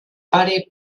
pare